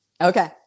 Okay